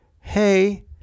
hey